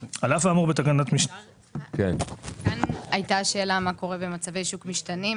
עלתה שאלה מה קורה במצבי שוק משתנים,